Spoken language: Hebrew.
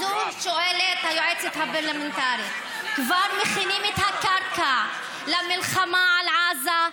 את זה שואלת היועצת הפרלמנטרית: כבר מכינים את הקרקע למלחמה על עזה?